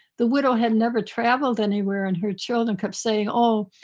the widow had never traveled anywhere and her children kept saying, oh,